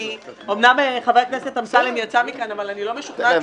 אמנם חבר הכנסת אמסלם יצא מכאן אבל אני לא משוכנעת